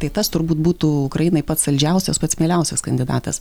tai tas turbūt būtų ukrainai pats saldžiausias pats mieliausias kandidatas